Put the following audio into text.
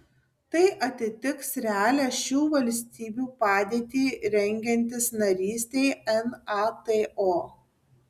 tai atitiks realią šių valstybių padėtį rengiantis narystei nato